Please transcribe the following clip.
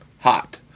hot